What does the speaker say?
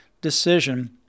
decision